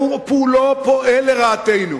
והוא כולו פועל לרעתנו.